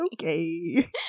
okay